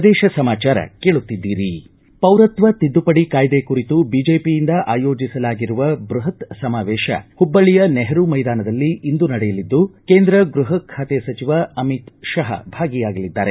ಪ್ರದೇಶ ಸಮಾಚಾರ ಕೇಳುತ್ತಿದ್ದೀರಿ ಪೌರತ್ವ ತಿದ್ದುಪಡಿ ಕಾಯ್ದೆ ಕುರಿತು ಬಿಜೆಪಿಯಿಂದ ಆಯೋಜಿಸಲಾಗಿರುವ ಬೃಹತ್ ಸಮಾವೇಶ ಹುಬ್ಬಳ್ಳಿಯ ನೆಹರೂ ಮೈದಾನದಲ್ಲಿ ಇಂದು ನಡೆಯಲಿದ್ದು ಕೇಂದ್ರ ಗೃಹ ಖಾತೆ ಸಚಿವ ಅಮಿತ್ ಶಹಾ ಭಾಗಿಯಾಗಲಿದ್ದಾರೆ